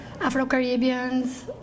Afro-Caribbeans